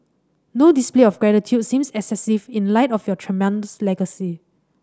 no display of gratitude seems excessive in light of your tremendous legacy